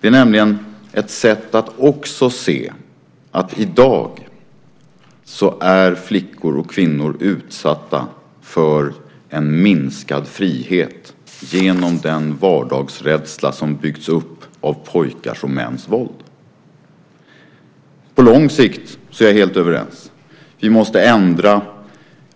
Det är nämligen ett sätt att också se att flickor och kvinnor i dag är utsatta för en minskad frihet genom den vardagsrädsla som byggts upp av pojkars och mäns våld. På lång sikt är jag helt överens. Vi måste ändra